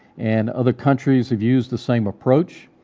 and other countries have used the same approach.